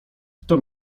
kto